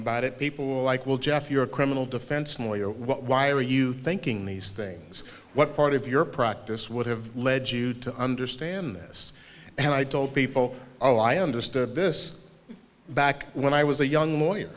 about it people like well jeff you're a criminal defense lawyer why are you thinking these things what part of your practice would have led you to understand this and i told people oh i understood this back when i was a young lawyer